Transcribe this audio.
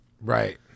right